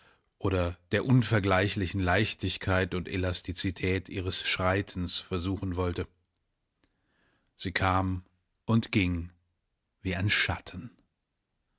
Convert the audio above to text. oder der unvergleichlichen leichtigkeit und elastizität ihres schreitens versuchen wollte sie kam und ging wie ein schatten